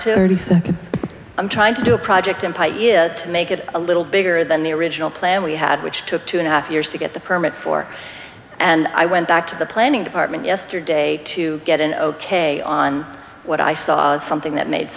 to i'm trying to do a project and to make it a little bigger than the original plan we had which took two and a half years to get the permit for and i went back to the planning department yesterday to get an ok on what i saw as something that made